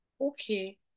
okay